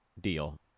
deal